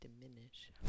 diminish